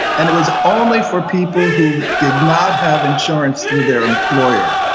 and it was only for people who did not have insurance through their employer.